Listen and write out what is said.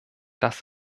das